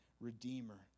Redeemer